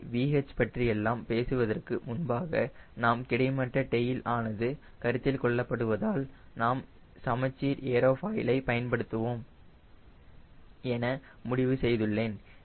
எனவே VH பற்றியெல்லாம் பேசுவதற்கு முன்பாக நாம் கிடைமட்ட டெயில் ஆனது கருத்தில் கொள்ளப்படுவதால் நாம் சமச்சீர் ஏரோஃபாயிலைl பயன்படுத்துவோம் என முடிவு செய்துள்ளேன்